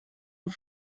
aux